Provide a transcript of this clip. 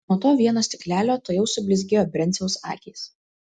nuo to vieno stiklelio tuojau sublizgėjo brenciaus akys